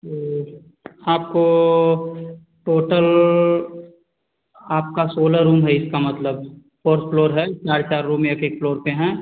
फिर आपको टोटल आपका सोलह रूम है इसका मतलब फोर फ्लोर हैं चार चार रूम एक एक फ्लोर पर हैं